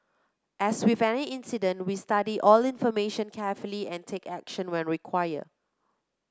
as with any incident we study all information carefully and take action where require